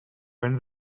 when